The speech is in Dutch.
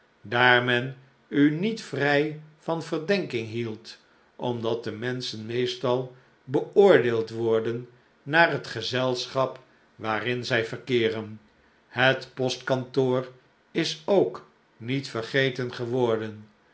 daar men u niet vrij van verdenking hield omdat de menschen meestal beoordeeld worden naar het gezelschap waarin zij verkeeren het postkantoor is ook niet vergeten geworden